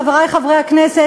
חברי חברי הכנסת,